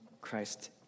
Christ